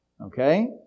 Okay